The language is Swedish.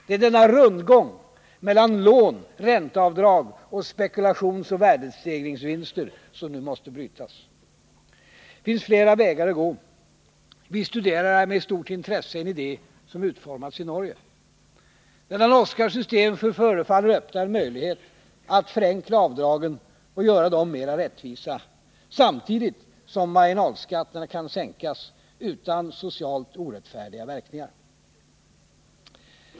Det är denna rundgång mellan lån, ränteavdrag och spekulationsoch värdestegringsvinster som nu måste brytas. Det finns flera vägar att gå. Vi studerar nu med stort intresse en idé som utformats i Norge. Detta norska system förefaller öppna en möjlighet att förenkla avdragen och göra dem mer rättvisa samtidigt som marginalskatterna kan sänkas utan socialt orättfärdiga verkningar.